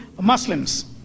Muslims